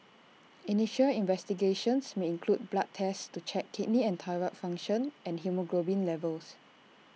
initial investigations may include blood tests to check kidney and thyroid function and haemoglobin levels